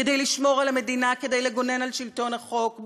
כדי לשמור על המדינה, כדי לגונן על שלטון החוק?